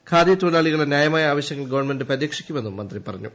ഖാദി തൊഴിലാളികളുടെ ന്യായമായ ആവശ്യങ്ങൾ ഗവൺമെന്റ് പരിരക്ഷിക്കുമെന്നും മന്ത്രി പറഞ്ഞു